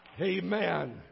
Amen